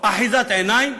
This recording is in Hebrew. אחיזת עיניים?